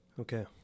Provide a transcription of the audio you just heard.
Okay